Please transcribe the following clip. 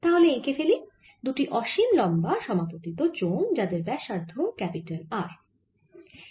তাহলে এঁকে ফেলি দুটি অসীম লম্বা সমাপতিত চোঙ যাদের ব্যাসার্ধ ক্যাপিটাল R